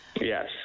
Yes